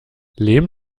lehm